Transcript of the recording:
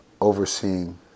overseeing